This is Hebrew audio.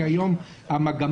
כי היום המגמה,